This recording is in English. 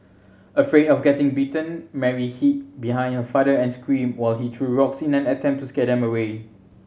afraid of getting bitten Mary hid behind her father and screamed while he threw rocks in an attempt to scare them away